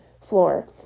floor